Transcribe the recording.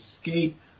escape